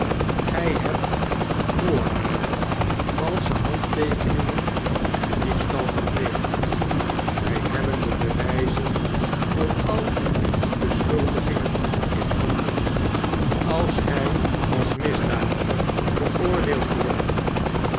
grg hebt moord valsche handteekening en diefstal gepleegd wjj hebben de bewgzen voor al die beschuldigingen in handen ais gy als misdadiger veroordeeld wordt